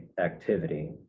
activity